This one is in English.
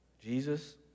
Jesus